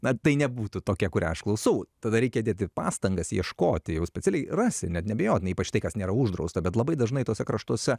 na tai nebūtų tokia kurią aš klausau tada reikia dėti pastangas ieškoti jau specialiai rasi net neabejotinai ypač tai kas nėra uždrausta bet labai dažnai tuose kraštuose